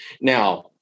Now